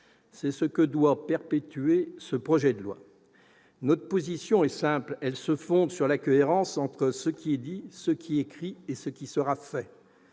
l'effort que doit prolonger ce projet de loi. Notre position est simple ; elle se fonde sur la cohérence entre ce qui est dit, ce qui est écrit et ce qui sera fait.